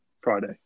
Friday